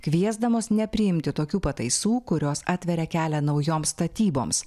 kviesdamos nepriimti tokių pataisų kurios atveria kelią naujoms statyboms